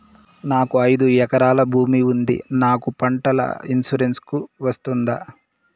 నాకు ఐదు ఎకరాల భూమి ఉంది నాకు పంటల ఇన్సూరెన్సుకు వస్తుందా?